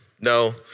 No